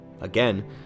Again